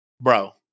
Bro